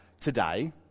today